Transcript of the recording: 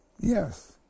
Yes